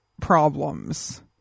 problems